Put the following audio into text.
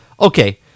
okay